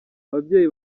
ababyeyi